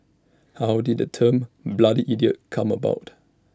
how did the term bloody idiot come about